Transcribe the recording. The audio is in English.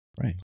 Right